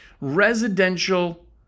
residential